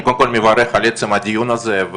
אני קודם כל מברך על עצם הדיון הזה,